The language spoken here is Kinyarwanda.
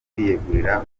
kwiyegurira